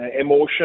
Emotion